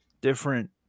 different